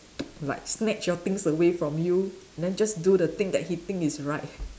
like snatch your things away from you and then just do the thing he think is right